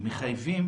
מחייבים